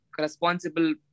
responsible